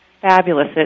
fabulous